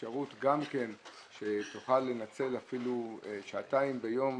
האפשרות גם כן שתוכל לנצל אפילו שעתיים ביום,